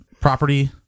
property